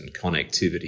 connectivity